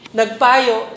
nagpayo